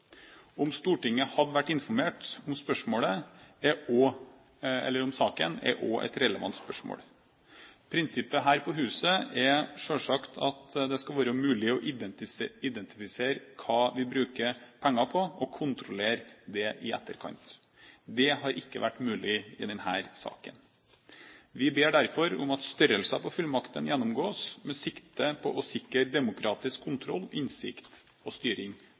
Om Stortinget har vært informert om saken, er også et relevant spørsmål. Prinsippet her på huset er selvsagt at det skal være mulig å identifisere hva vi bruker penger på, og kontrollere det i etterkant. Det har ikke vært mulig i denne saken. Vi ber derfor om at omfanget av fullmakten gjennomgås med sikte på å sikre demokratisk kontroll, innsikt og styring